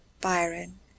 Byron